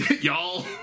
Y'all